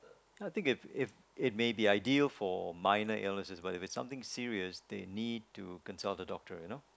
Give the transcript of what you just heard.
I think it it it may be ideal for minor illnesses but if is something serious they need to consult a doctor you know